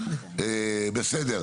בסדר.